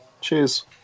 Cheers